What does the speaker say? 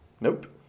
Nope